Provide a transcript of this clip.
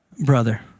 Brother